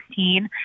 2016